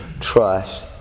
trust